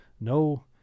no